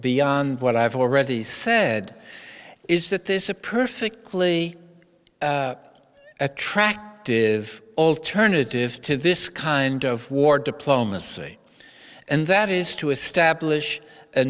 beyond what i've already said is that this is a perfectly attractive alternative to this kind of war diplomacy and that is to establish a